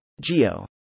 Geo